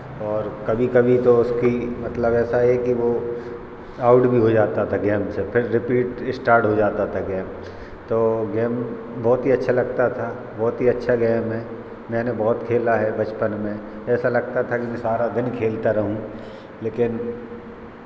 और कभी कभी तो उसकी मतलब ऐसा है कि वो आउट भी हो जाता था गेम से फिर रिपीट स्टार्ट हो जाता था गेम तो गेम बहुत ही अच्छा लगता था बहुत ही अच्छा गेम है मैंने बहुत खेला है बचपन में ऐसा लगता था कि मैं सारा दिन खेलता रहूँ लेकिन